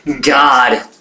God